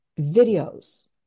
videos